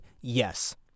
yes